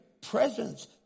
presence